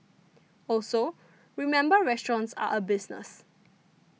also remember restaurants are a business